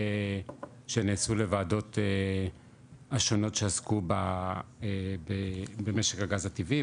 שנעשו לוועדות השונות שעסקו במשק הגז הטבעי,